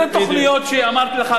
אלה תוכניות שאמרתי לך,